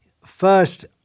first